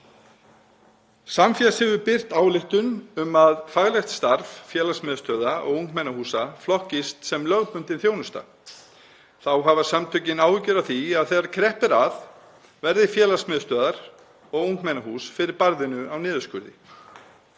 Samfés hefur birt ályktun um að faglegt starf félagsmiðstöðva og ungmennahúsa flokkist sem lögbundin þjónusta. Þá hafa samtökin áhyggjur af því að þegar kreppir að verði félagsmiðstöðvar og ungmennahús fyrir barðinu á niðurskurði.